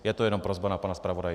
Je to jen prosba na pana zpravodaje.